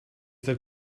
their